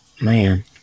Man